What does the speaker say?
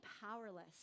powerless